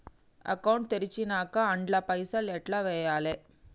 Account తెరిచినాక అండ్ల పైసల్ ఎట్ల వేయాలే?